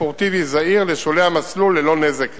ספורטיבי זעיר לשולי המסלול ללא נזק כלל.